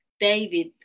David